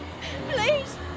Please